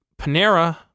Panera